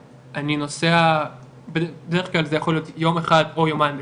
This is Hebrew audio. אני נוסע בדרך כלל זה יכול להיות יום אחד או יומיים בשבוע,